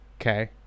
Okay